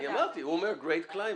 אני אמרתי, הוא אומר "גרייט קליימט".